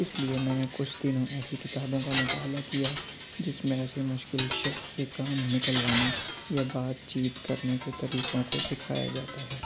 اِس لیے میں نے کچھ دنوں ایسی کتابوں کا مطالعہ کیا جس میں ایسے مشکل شخص سے کام نکلوانا یا بات چیت کرنے کے طریقوں کو سکھایا جاتا ہے